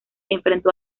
enfrentó